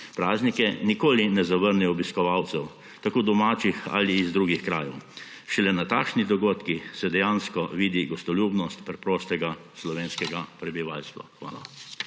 praznike, nikoli ne zavrnejo obiskovalcev, domačih ali iz drugih krajev. Šele na takšnih dogodkih se dejansko vidi gostoljubnost preprostega slovenskega prebivalstva. Hvala.